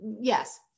yes